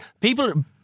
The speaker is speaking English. People